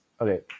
Okay